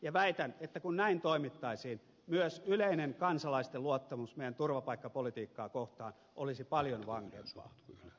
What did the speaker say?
ja väitän että kun näin toimittaisiin myös kansalaisten yleinen luottamus meidän turvapaikkapolitiikkaamme kohtaan olisi paljon vankempaa